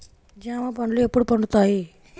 జామ పండ్లు ఎప్పుడు పండుతాయి?